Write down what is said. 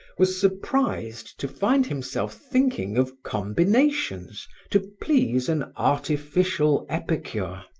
was surprised to find himself thinking of combinations to please an artificial epicure.